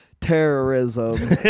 terrorism